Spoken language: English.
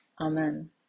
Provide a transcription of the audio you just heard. Amen